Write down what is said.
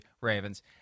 Ravens